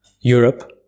Europe